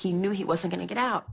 he knew he wasn't going to get out